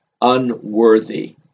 unworthy